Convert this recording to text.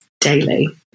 daily